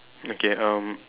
okay um